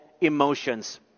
emotions